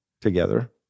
together